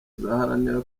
tuzaharanira